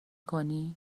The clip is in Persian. کنی